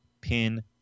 pin